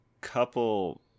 couple